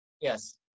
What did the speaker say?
Yes